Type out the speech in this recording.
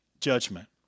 judgment